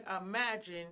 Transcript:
imagine